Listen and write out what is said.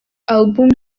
album